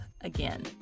again